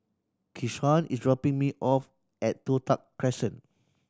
Keshawn is dropping me off at Toh Tuck Crescent